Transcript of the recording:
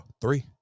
Three